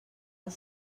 els